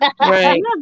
right